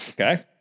Okay